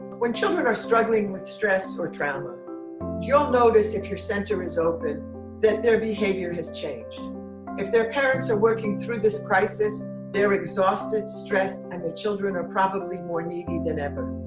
when children are struggling with stress or trauma you'll notice if your center is open that their behavior has changed if their parents are working through this crisis they're exhausted stressed and the children are probably more needy than ever.